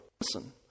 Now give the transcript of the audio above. Listen